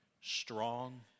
strong